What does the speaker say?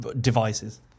devices